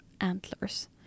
antlers